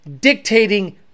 dictating